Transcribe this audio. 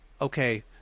okay